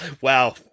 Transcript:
Wow